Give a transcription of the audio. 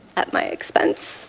at my expense